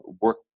work